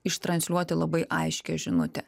ištransliuoti labai aiškią žinutę